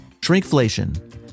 Shrinkflation